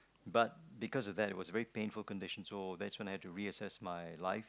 but because of that it was a very painful condition so that's when I have to reassess my life